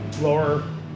lower